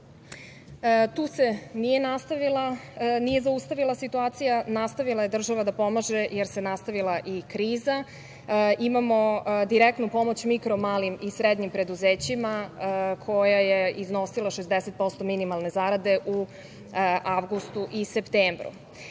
se nije zaustavila situacija, nastavila je država da pomaže, jer se nastavila i kriza. Imamo direktnu pomoć mikro-malim i srednjim preduzećima koja je iznosila 60% minimalne zarade u avgustu i septembru. Upravo